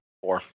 Four